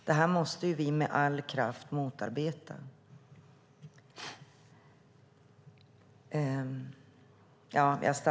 Det måste vi med all kraft motarbeta.